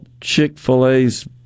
Chick-fil-A's